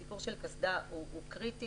הסיפור של קסדה הוא קריטי